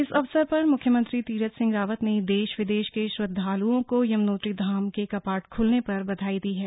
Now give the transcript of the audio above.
इस अवसर पर मुख्यमंत्री तीरथ सिंह रावत ने देश विदेश के श्रद्धालुओं को यमुनोत्री धाम के कपाट खुलने पर बधाई दी है